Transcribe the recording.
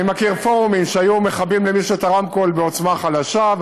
אני מכיר פורומים שהיו מכבים למישהו את הרמקול בעוצמה חלשה,